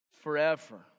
forever